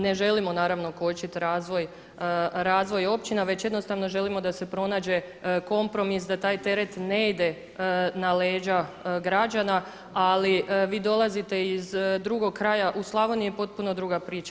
Ne želimo naravno kočiti razvoj općina već jednostavno želimo da se pronađe kompromis da taj teret ne ide na leđa građana ali vi dolazite iz drugog kraja, u Slavoniji je potpuno druga priča.